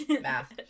math